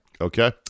Okay